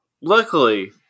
luckily